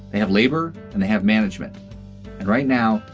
they have labor and they have management. and right now,